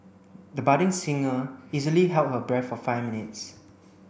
the budding singer easily held her breath for five minutes